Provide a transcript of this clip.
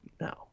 No